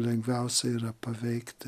lengviausia yra paveikti